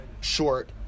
short